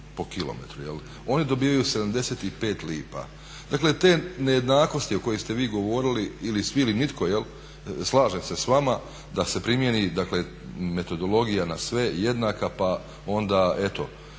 po km. Oni dobivaju 75 lipa. Dakle te nejednakosti o kojima ste vi govorili ili svi ili nitko, slažem se s vama da se primijeni dakle metodologija na sve jednaka pa onda eto